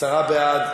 עשרה בעד,